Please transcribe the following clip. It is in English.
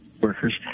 workers